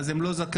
אז הם לא זכאים.